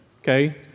Okay